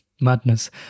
Madness